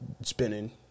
spinning